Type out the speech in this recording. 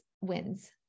wins